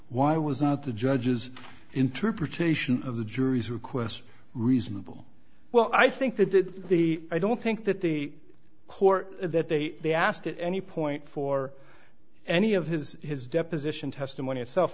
why was not the judge's interpretation of the jury's request reasonable well i think they did the i don't think that the court that they asked at any point for any of his his deposition testimony itself